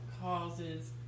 causes